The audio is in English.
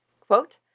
Quote